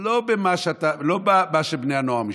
לא במה שבני הנוער משתמשים,